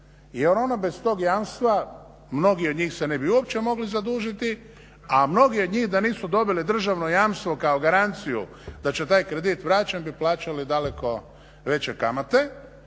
jer ono bez tog jamstva mnogi od njih se ne bi uopće mogli zadužiti a mnogi od njih da nisu dobili državno jamstvo kao garanciju da će taj kredit vraćen bi plaćali daleko veće kamate